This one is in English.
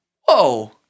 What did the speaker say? Whoa